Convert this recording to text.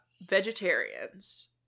Vegetarians